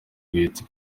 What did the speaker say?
bwite